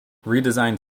redesigned